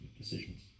decisions